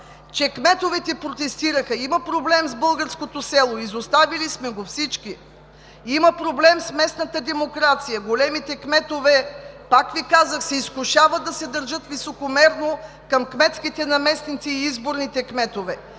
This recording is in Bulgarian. че кметовете протестираха. Има проблем с българското село. Изоставили сме го всички. Има проблем с местната демокрация. Големите кметове, пак Ви казах, се изкушават да се държат високомерно към кметските наместници и изборните кметове.